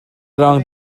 rang